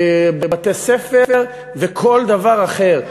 בתי-ספר וכל דבר אחר.